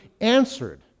answered